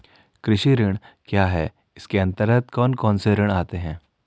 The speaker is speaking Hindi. कृषि ऋण क्या है इसके अन्तर्गत कौन कौनसे ऋण आते हैं?